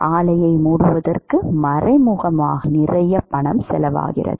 ஆலையை மூடுவதற்கு மறைமுகமாக நிறைய பணம் செலவாகிறது